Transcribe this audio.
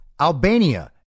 Albania